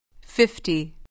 Fifty